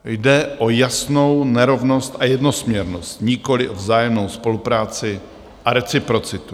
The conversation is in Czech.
Jde o jasnou nerovnost a jednosměrnost, nikoli o vzájemnou spolupráci a reciprocitu.